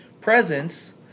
presence